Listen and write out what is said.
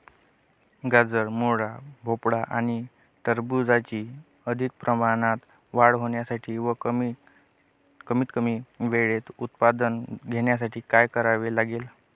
गाजर, मुळा, भोपळा आणि टरबूजाची अधिक प्रमाणात वाढ होण्यासाठी व कमीत कमी वेळेत उत्पादन घेण्यासाठी काय करावे लागेल?